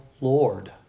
Lord